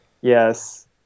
Yes